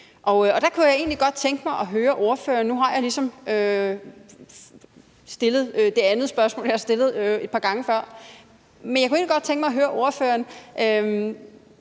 Der kunne jeg egentlig godt tænke mig at høre ordføreren – nu har jeg ligesom stillet det andet spørgsmål, jeg har stillet et par gange før – hvordan Det Radikale Venstre